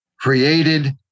Created